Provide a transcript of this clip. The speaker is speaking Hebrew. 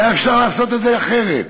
היה אפשר לעשות את זה אחרת.